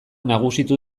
nagusitu